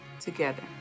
together